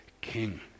king